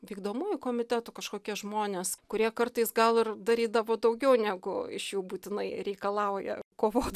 vykdomųjų komitetų kažkokie žmonės kurie kartais gal ir darydavo daugiau negu iš jų būtinai reikalauja kovot